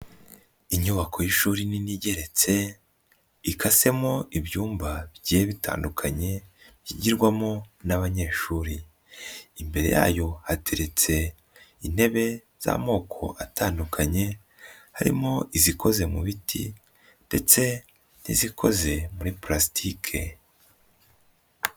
Inyubako y'ishuri nini igeretse, ikasemo ibyumba bigiye bitandukanye byigirwamo n'abanyeshuri, imbere yayo hateretse intebe z'amoko atandukanye, harimo izikoze mu biti ndetse n'izikoze muri pulastike.